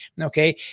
okay